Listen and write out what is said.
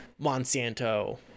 Monsanto